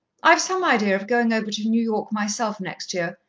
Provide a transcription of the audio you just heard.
i've some idea of going over to new york myself next year,